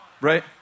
Right